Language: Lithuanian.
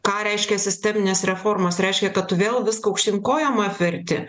ką reiškia sisteminės reformos reiškia kad tu vėl viską aukštyn kojom apverti